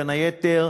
בין היתר,